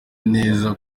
neza